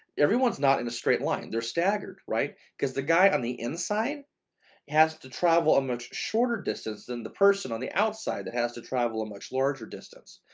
everyone's not in a straight line. they're staggered, right? because the guy on the inside has to travel a much shorter distance than the person on the outside that has to travel a much larger distance.